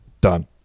done